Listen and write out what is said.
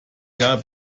jahr